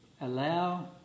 Allow